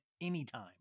anytime